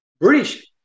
British